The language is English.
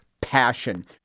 passion